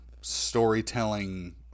storytelling